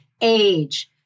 age